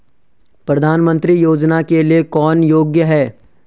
प्रधानमंत्री योजना के लिए कौन योग्य है?